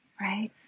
Right